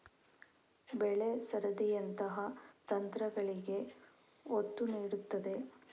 ಬೆಳೆ ಸರದಿಯಂತಹ ತಂತ್ರಗಳಿಗೆ ಒತ್ತು ನೀಡುತ್ತದೆ